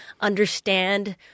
understand